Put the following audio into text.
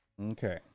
Okay